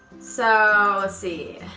so let's see,